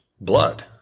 blood